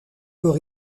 pour